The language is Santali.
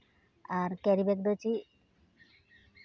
ᱟᱨ ᱠᱮᱨᱤᱵᱮᱜᱽ ᱫᱚ ᱪᱮᱫ